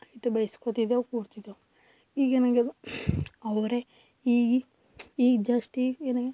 ಮತ್ತೆ ಬೈಸ್ಕೊತಿದ್ದೇವು ಕೂರ್ತಿದ್ದೇವು ಈಗೇನು ಆಗಿದೆ ಅವರೆ ಈ ಈಗ ಜಶ್ಟ್ ಈಗ ಏನಾಗಿದೆ